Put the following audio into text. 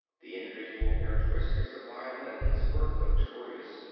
the individual characteristics of violins were notorious,